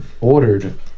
ordered